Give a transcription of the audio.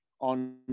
on